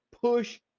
push